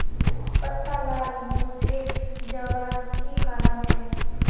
पत्ता लार मुरझे जवार की कारण छे?